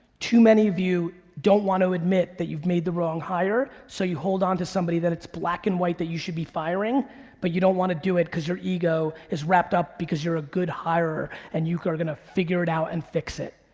too many of you don't wanna admit that you've made the wrong hire so you hold on to somebody that it's black and white that you should be firing but you don't wanna do it cause your ego is wrapped up because you're a good hirerer and you are gonna figure it out and fix it.